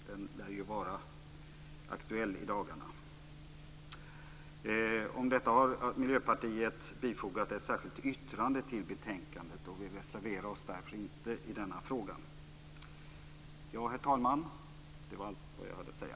Det lär vara aktuellt i dagarna. Miljöpartiet har bifogat ett särskilt yttrande till betänkandet om skyldighet att anmäla brottsmisstanke. Vi reserverar oss därför inte i den frågan. Herr talman! Det var allt jag hade att säga.